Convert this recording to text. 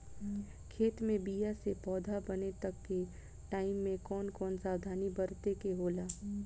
खेत मे बीया से पौधा बने तक के टाइम मे कौन कौन सावधानी बरते के होला?